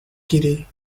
kitty